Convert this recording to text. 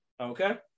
Okay